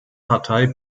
partei